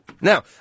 Now